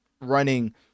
running